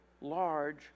large